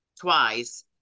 twice